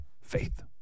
Faith